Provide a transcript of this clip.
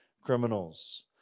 criminals